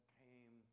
came